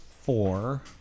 four